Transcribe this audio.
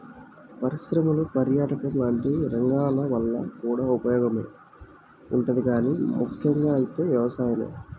పరిశ్రమలు, పర్యాటకం లాంటి రంగాల వల్ల కూడా ఉపయోగమే ఉంటది గానీ ముక్కెంగా అయితే వ్యవసాయమే